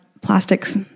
plastics